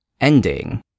ending